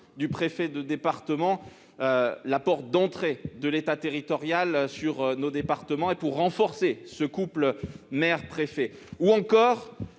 -du préfet de département la porte d'entrée de l'État territorial dans nos départements et renforcer le couple maire-préfet. Nous